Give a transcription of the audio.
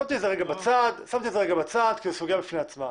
שמתי את זה רגע בצד כי זו סוגיה בפני עצמה.